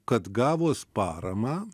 kad gavus paramą